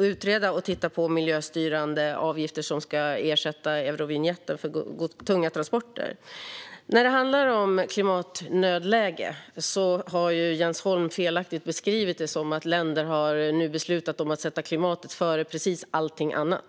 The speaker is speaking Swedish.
utreda och titta på miljöstyrande avgifter som ska ersätta Eurovinjetten för tunga transporter. När det gäller nödläge för klimatet har Jens Holm felaktigt beskrivit det som att länder nu har beslutat att sätta klimatet före precis allting annat.